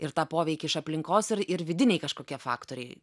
ir tą poveikį iš aplinkos ir ir vidiniai kažkokie faktoriai